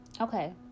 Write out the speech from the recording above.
okay